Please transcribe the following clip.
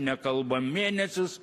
nekalba mėnesius